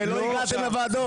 הרי לא הגעתם לוועדות.